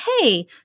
hey